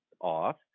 off